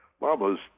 mama's